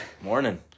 Morning